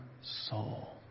soul